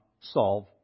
solve